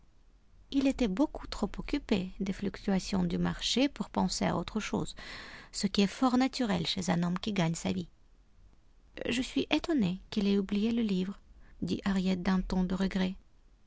il était beaucoup trop occupé des fluctuations du marché pour penser à autre chose ce qui est fort naturel chez un homme qui gagne sa vie je suis étonnée qu'il ait oublié le livre dit harriet d'un ton de regret